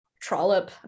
trollop